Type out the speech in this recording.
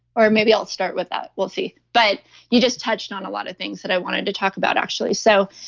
or maybe i'll start with that. we'll see. but you just touched on a lot of things that i wanted to talk about actually. so,